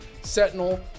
sentinel